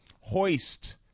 Hoist